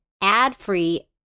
ad-free